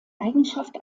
eigenschaft